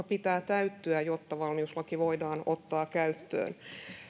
pitää täyttyä jotta valmiuslaki voidaan ottaa käyttöön